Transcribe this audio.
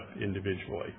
individually